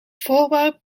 voorwerp